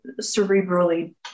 cerebrally